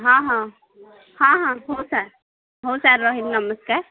ହଁ ହଁ ହଁ ହଁ ହଉ ସାର୍ ହଉ ସାର୍ ରହିଲି ନମସ୍କାର